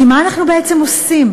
כי מה אנחנו בעצם עושים?